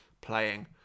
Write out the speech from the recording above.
playing